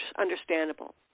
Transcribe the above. understandable